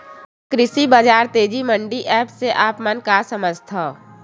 कृषि बजार तेजी मंडी एप्प से आप मन का समझथव?